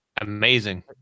Amazing